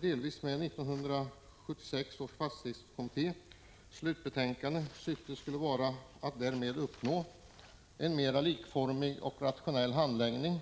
delvis med 1976 års fastighetstaxeringskommittés slutbetänkande. Syftet skulle vara att därmed uppnå en mer likformig och rationell handläggning.